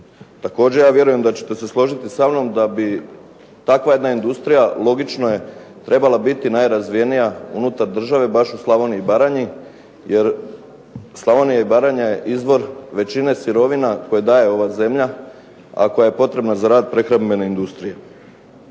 Također ja vjerujem da ćete se složiti sa mnom da bi takva jedna industrija logično je trebala biti najrazvijenija unutar države baš u Slavoniji i Baranji. Jer Slavonija i Baranja je izvor većine sirovina koje daje ova zemlja, a koja je potrebna za rad prehrambene industrije.